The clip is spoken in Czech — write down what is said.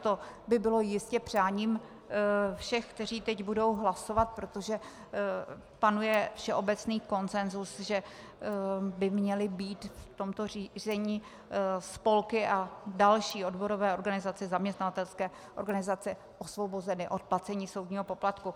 To by bylo jistě přáním všech, kteří teď budou hlasovat, protože panuje všeobecný konsensus, že by měly být v tomto řízení spolky a další odborové organizace, zaměstnavatelské organizace osvobozeny od placení soudního poplatku.